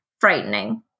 frightening